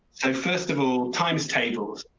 so first of all, times tables.